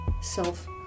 self